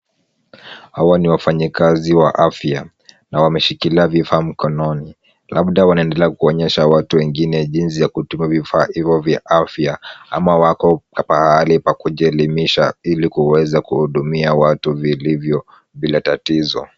Hawa ni wafanyikazi wa afya na wameshikilia vifaa mkononi. Labda wanaendelea kuonyesha watu wengine jinsi ya kutumia vifaa hivyo vya afya ama wako pahali pa kujielimisha ili kuweza kuhudumia watu vilivyo bila tatizo.